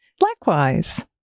Likewise